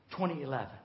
2011